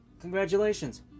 Congratulations